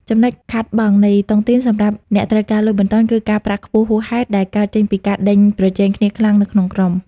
ចំណុចខាតបង់នៃតុងទីនសម្រាប់អ្នកត្រូវការលុយបន្ទាន់ គឺ "ការប្រាក់ខ្ពស់ហួសហេតុ" ដែលកើតចេញពីការដេញប្រជែងគ្នាខ្លាំងនៅក្នុងក្រុម។